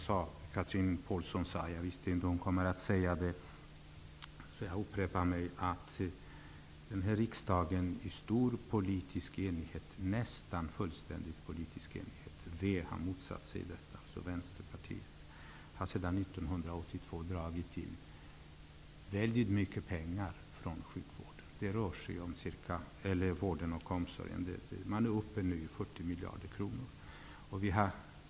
Chatrine Pålsson nämnde tidigare, och jag upprepar det, att riksdagen har sedan 1982 i nästan full politisk enighet -- Vänsterpartiet har motsatt sig detta -- dragit in mycket pengar från sjukvården och omsorgen. Man är nu uppe i 40 miljarder kronor.